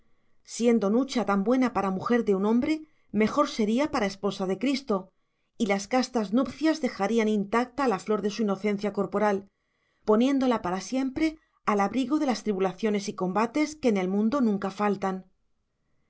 siendo nucha tan buena para mujer de un hombre mejor sería para esposa de cristo y las castas nupcias dejarían intacta la flor de su inocencia corporal poniéndola para siempre al abrigo de las tribulaciones y combates que en el mundo nunca faltan